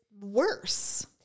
worse